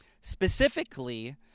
Specifically